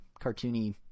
cartoony